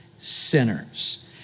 Sinners